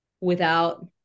without-